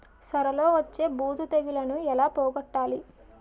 సొర లో వచ్చే బూజు తెగులని ఏల పోగొట్టాలి?